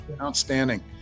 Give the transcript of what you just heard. outstanding